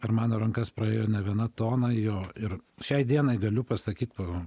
per mano rankas praėjo ne viena tona jo ir šiai dienai galiu pasakyt po